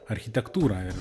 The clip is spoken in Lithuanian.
architektūrą ir